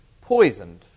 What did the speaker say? poisoned